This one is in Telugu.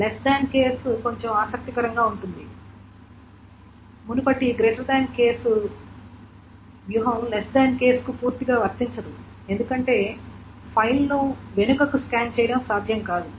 లెస్ దాన్ కేస్ కొంచెం ఆసక్తికరంగా ఉంటుంది మునుపటి గ్రేటర్ దాన్ కేసు వ్యూహం లెస్ దాన్ కేస్ కు పూర్తిగా వర్తించదు ఎందుకంటే ఫైల్ను వెనుకకు స్కాన్ చేయడం సాధ్యం కాదు